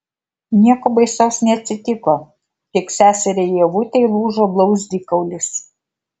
nieko baisaus neatsitiko tik seseriai ievutei lūžo blauzdikaulis